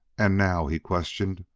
and now, he questioned,